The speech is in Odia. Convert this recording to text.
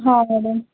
ହଁ ମ୍ୟାଡ଼ାମ୍